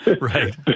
Right